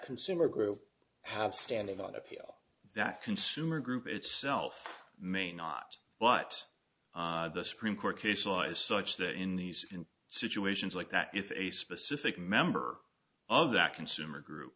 consumer group have standing by to feel that consumer group itself may not but the supreme court case law is such that in these situations like that if a specific member of that consumer group